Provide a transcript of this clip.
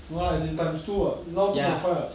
no lah as in times two [what] now two point five [what]